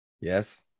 Yes